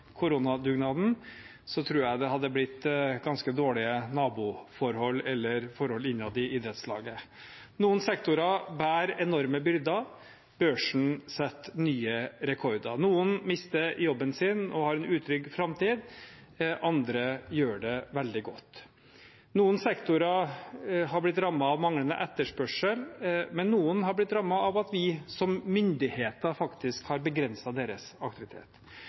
koronadugnaden, tror jeg det hadde blitt ganske dårlige naboforhold eller forhold innad i idrettslaget. Noen sektorer bærer enorme byrder, børsen setter nye rekorder. Noen mister jobben sin og har en utrygg framtid, andre gjør det veldig godt. Noen sektorer har blitt rammet av manglende etterspørsel, men noen har blitt rammet av at vi som myndigheter faktisk har begrenset deres aktivitet.